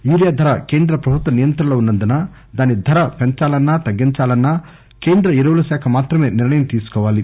urea ధర కేంద్ర ప్రభుత్వ నియంత్రణలో ఉన్నందున దాని ధర పెంచాలన్నా తగ్గించాలన్నా కేంద్ర ఎరువుల శాఖ మాత్రమే నిర్లయం తీసుకోవాలి